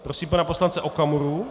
Prosím pana poslance Okamuru.